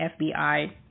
FBI